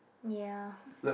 ya